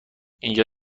اینجا